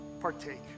partake